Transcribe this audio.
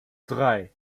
drei